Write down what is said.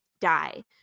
die